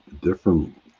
different